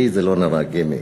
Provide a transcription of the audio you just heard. לי זה לא נראה גימיק